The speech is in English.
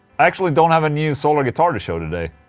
actually don't have a new solar guitar to show today